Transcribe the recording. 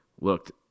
looked